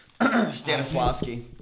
Stanislavski